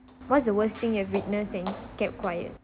what's the worst thing I witness and kept quiet